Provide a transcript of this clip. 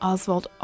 Oswald